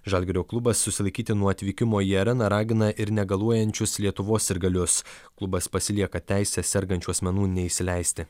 žalgirio klubas susilaikyti nuo atvykimo į areną ragina ir negaluojančius lietuvos sirgalius klubas pasilieka teisę sergančių asmenų neįsileisti